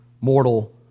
mortal